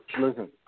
Listen